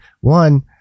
one